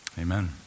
Amen